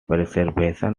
preservation